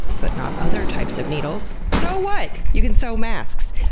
but not other types of needles, sew what? you can sew masks.